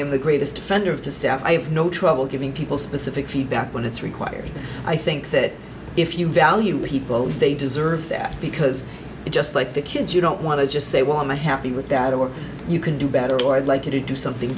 am the greatest offender of the staff i have no trouble giving people specific feedback when it's required i think that if you value people they deserve that because just like the kids you don't want to just say well i'm a happy with that or you can do better or i'd like you to do something